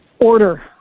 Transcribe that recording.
order